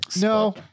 No